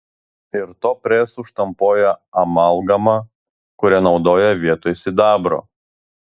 ir tuo presu štampuoja amalgamą kurią naudoja vietoj sidabro